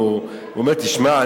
והוא אומר: תשמע,